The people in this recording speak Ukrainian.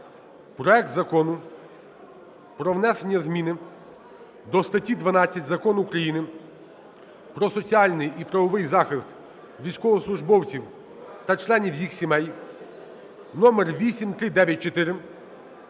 проект Закону про внесення змін до статті 12 Закону України "Про соціальний і правовий захист військовослужбовців та членів їх сімей" (№ 8394)